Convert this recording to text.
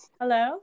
hello